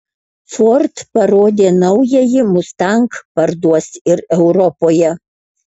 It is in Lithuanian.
ford parodė naująjį mustang parduos ir europoje